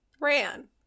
Ran